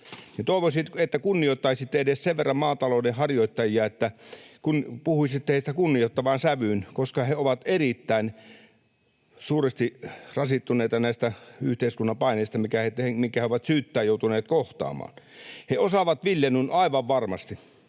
Toivoisin, että kunnioittaisitte edes sen verran maatalouden harjoittajia, että puhuisitte heistä kunnioittavaan sävyyn, koska he ovat erittäin suuresti rasittuneita näistä yhteiskunnan paineista, mitkä he ovat syyttään joutuneet kohtaamaan. He osaavat viljelyn aivan varmasti.